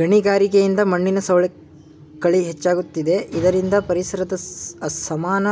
ಗಣಿಗಾರಿಕೆಯಿಂದ ಮಣ್ಣಿನ ಸವಕಳಿ ಹೆಚ್ಚಾಗುತ್ತಿದೆ ಇದರಿಂದ ಪರಿಸರದ ಸಮಾನ